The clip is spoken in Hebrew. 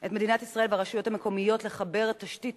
את מדינת ישראל והרשויות המקומיות לחבר תשתית